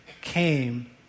came